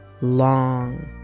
long